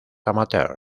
amateurs